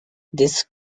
this